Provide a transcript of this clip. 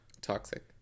Toxic